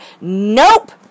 Nope